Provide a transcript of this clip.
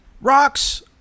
Rocks